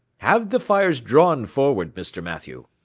have the fires drawn forward, mr. mathew.